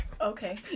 okay